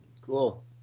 Cool